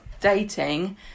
dating